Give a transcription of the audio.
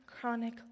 chronic